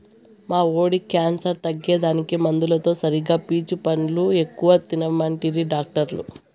మా వోడి క్యాన్సర్ తగ్గేదానికి మందులతో సరిగా పీచు పండ్లు ఎక్కువ తినమంటిరి డాక్టర్లు